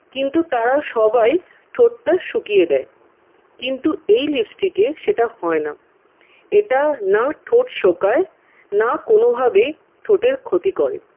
কিন্তু তারা সবাই ঠোঁটটা শুকিয়ে দেয় কিন্তু এই লিপস্টিকে সেটা হয় না এটা না ঠোঁট শোকায় না কোনোভাবে ঠোঁটের ক্ষতি করে